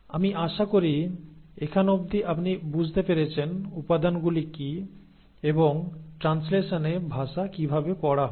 আমি আশা করি এখান অবধি আপনি বুঝতে পেরেছেন উপাদানগুলি কি এবং ট্রানশ্লেষণে ভাষা কিভাবে পড়া হয়